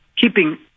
keeping